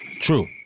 True